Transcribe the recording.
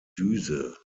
düse